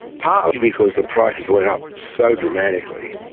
partly because the prices went up so dramatically,